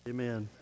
Amen